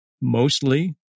mostly